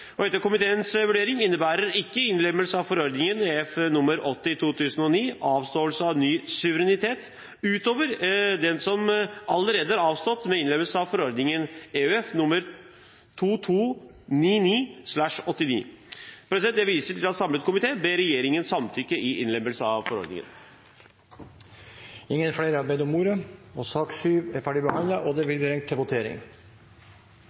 Etter komiteens vurdering innebærer ikke innlemmelsen av forordning nr. 80/2009 avståelse av ny suverenitet utover den som allerede er avstått ved innlemmelsen av forordning nr. 2299/89. Jeg viser til at en samlet komité ber regjeringen samtykke i innlemmelse av forordningen. Flere har ikke bedt om ordet til sak nr. 7. Da er vi klare til å gå til votering. Under debatten er det